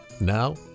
Now